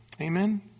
Amen